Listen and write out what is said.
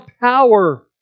power